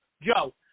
Joe